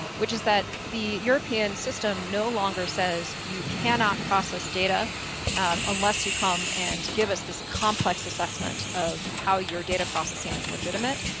which is that the european system no longer says you cannot process data unless you come and give us this complex assessment of how your data processing is legitimate,